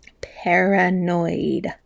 paranoid